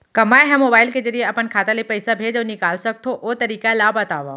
का मै ह मोबाइल के जरिए अपन खाता ले पइसा भेज अऊ निकाल सकथों, ओ तरीका ला बतावव?